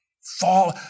fall